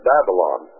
Babylon